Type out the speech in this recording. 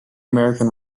american